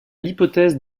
l’hypothèse